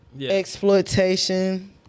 exploitation